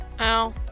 Ow